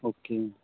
okay